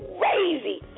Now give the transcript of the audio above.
crazy